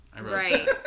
Right